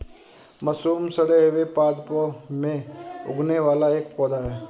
mushroom सड़े हुए पादपों में उगने वाला एक पौधा है